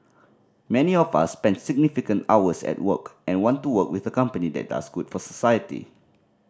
many of us spend significant hours at work and want to work with a company that does good for society